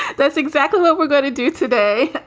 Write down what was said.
that's exactly what we're going to do today.